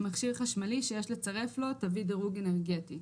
מכשיר חשמלי שיש לצרף לו תווית דירוג אנרגטי